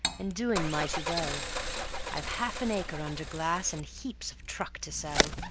and doing mighty well i've half an acre under glass, and heaps of truck to sell.